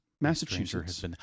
Massachusetts